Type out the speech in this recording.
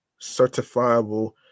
certifiable